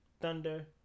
Thunder